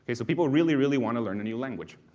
ah so people really really want to learn a new language.